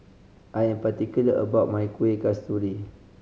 I am particular about my Kuih Kasturi